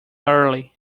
early